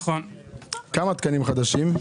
כמה תקנים חדשים?